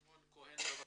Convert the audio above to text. שמעון כהן בבקשה.